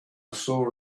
saw